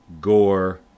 Gore